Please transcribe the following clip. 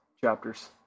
chapters